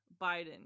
Biden